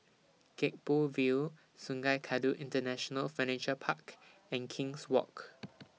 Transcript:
Gek Poh Ville Sungei Kadut International Furniture Park and King's Walk